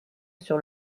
sur